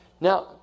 Now